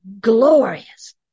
Glorious